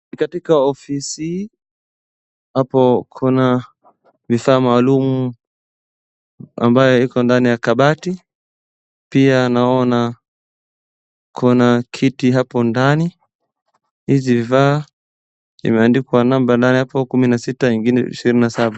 Hii ni katika ofisi. Hapo kuna vifaa maalum ambayo iko ndani ya kabati. Pia naona kuna kiti hapo ndani. Hizi vifaa imeandikwa namba ndani hapo kumi na sita ingine ishirini na saba.